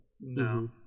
No